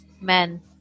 Men